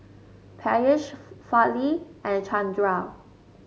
Peyush Fali and Chandra